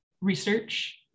research